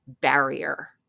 barrier